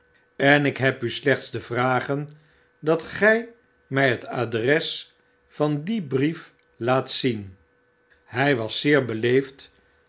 en ik heb u slechts te vragen dat gij mfi het adres van dien brief laat zien hy was zeer beleefd